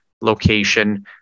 location